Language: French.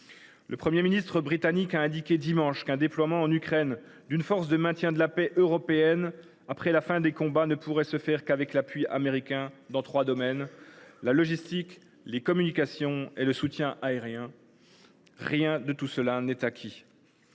Le Premier ministre britannique a indiqué, dimanche dernier, qu’un déploiement en Ukraine d’une force de maintien de la paix européenne après la fin des combats ne pourrait se faire qu’avec l’appui américain dans trois domaines : la logistique, les communications et le soutien aérien. Or rien de tout cela n’est acquis.